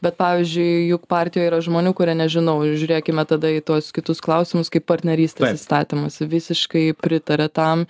bet pavyzdžiui juk partijoj yra žmonių kurie nežinau žiūrėkime tada į tuos kitus klausimus kaip partnerystės įstatymas visiškai pritaria tam